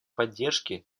поддержки